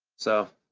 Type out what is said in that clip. so